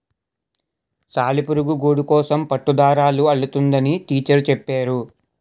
సాలిపురుగు గూడుకోసం పట్టుదారాలు అల్లుతుందని టీచరు చెప్పేరు